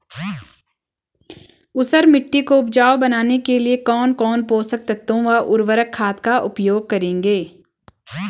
ऊसर मिट्टी को उपजाऊ बनाने के लिए कौन कौन पोषक तत्वों व उर्वरक खाद का उपयोग करेंगे?